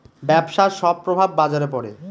ব্যবসার সব প্রভাব বাজারে পড়ে